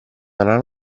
erano